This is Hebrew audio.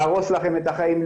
להרוס לכם את החיים,